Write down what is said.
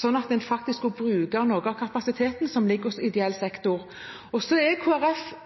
sånn at en faktisk skulle bruke noe av kapasiteten som ligger hos ideell sektor. Så er